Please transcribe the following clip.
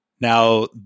Now